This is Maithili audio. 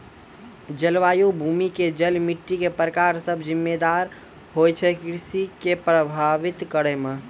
जलवायु, भूमि के जल, मिट्टी के प्रकार सब जिम्मेदार होय छै कृषि कॅ प्रभावित करै मॅ